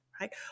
right